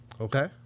okay